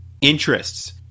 interests